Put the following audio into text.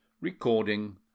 recording